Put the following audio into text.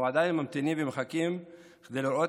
אנחנו עדיין ממתינים ומחכים כדי לראות